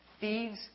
Thieves